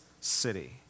city